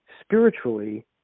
spiritually